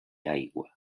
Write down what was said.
aigua